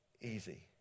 easy